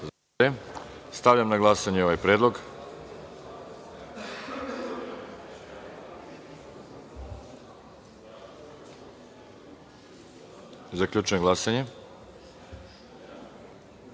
(Ne.)Stavljam na glasanje ovaj predlog. Zaključujem glasanje